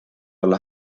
olla